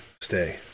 stay